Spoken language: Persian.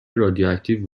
رادیواکتیو